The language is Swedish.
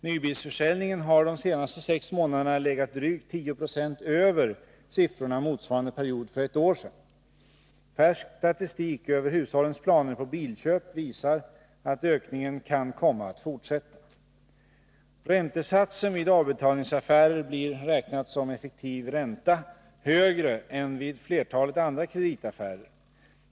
Nybilsförsäljningen har de senaste sex månaderna legat drygt 10 90 över siffrorna för motsvarande period för ett år sedan. Färsk statistik över hushållens planer på bilköp visar att ökningen kan komma att fortsätta. Räntesatsen vid avbetalningsaffärer blir, räknat som effektiv ränta, högre än vid flertalet andra kreditaffärer.